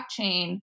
blockchain